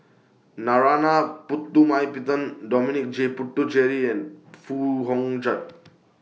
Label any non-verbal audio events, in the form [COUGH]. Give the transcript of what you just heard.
Narana Putumaippittan Dominic J Puthucheary and Foo Hong [UNINTELLIGIBLE]